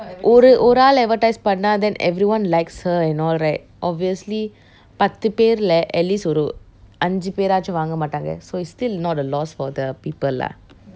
ஒரு ஒரு ஆள்:oru oru aale advertise பண்ணா:panna then everyone likes her and all right obviously பட்டு பேர்ல:pattu perle at least ஒரு அஞ்சு பேராவுச்சு வாங்க மாட்டாங்க:oru anju peravuchu vaange maatangeh so it's still not a loss for the people lah